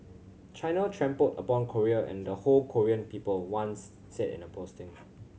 China trampled upon Korea and the whole Korean people one said in a posting